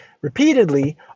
Repeatedly